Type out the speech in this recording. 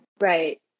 Right